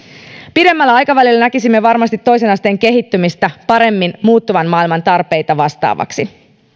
pidemmällä aikavälillä näkisimme varmasti toisen asteen kehittymistä paremmin muuttuvan maailman tarpeita vastaavaksi